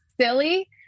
silly